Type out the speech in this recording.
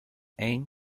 anne